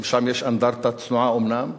גם שם יש אנדרטה, צנועה אומנם,